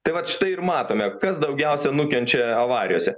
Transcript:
tai vat štai ir matome kas daugiausia nukenčia avarijose